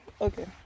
okay